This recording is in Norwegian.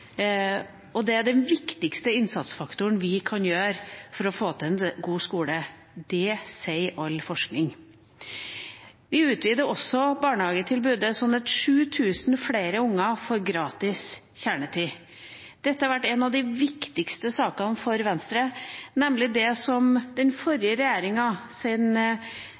i. Det er den viktigste innsatsfaktoren vi kan gjøre for å få til en god skole. Det sier all forskning. Vi utvider også barnehagetilbudet, slik at 7 000 flere barn får gratis kjernetid. Dette har vært en av de viktigste sakene for Venstre, nemlig det som den forrige